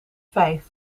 vijf